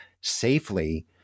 safely